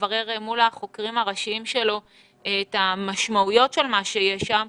לברר מול חוקריו הראשיים את המשמעויות של מה שיש שם,